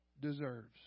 deserves